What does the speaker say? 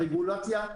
הרגולציה,